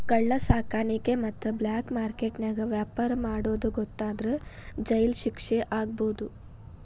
ಕಳ್ಳ ಸಾಕಾಣಿಕೆ ಮತ್ತ ಬ್ಲಾಕ್ ಮಾರ್ಕೆಟ್ ನ್ಯಾಗ ವ್ಯಾಪಾರ ಮಾಡೋದ್ ಗೊತ್ತಾದ್ರ ಜೈಲ್ ಶಿಕ್ಷೆ ಆಗ್ಬಹು